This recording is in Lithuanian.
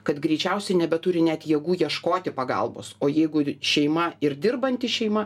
kad greičiausiai nebeturi net jėgų ieškoti pagalbos o jeigu šeima ir dirbanti šeima